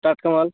টাটকা মাল